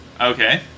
Okay